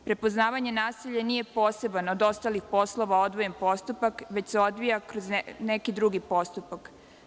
Prepoznavanje nasilja nije poseban od ostalih poslova odvojeni postupak, već se odvija kroz neki drugi postupak.